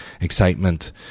excitement